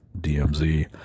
DMZ